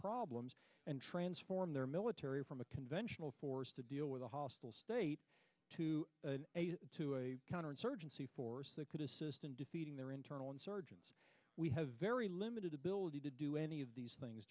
problems and transform their military from a conventional force to deal with a hostile to counterinsurgency force that could assist in defeating their internal insurgency we have very limited ability to do any of these things